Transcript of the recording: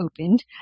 opened